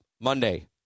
Monday